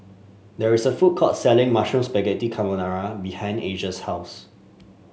there is a food court selling Mushroom Spaghetti Carbonara behind Asia's house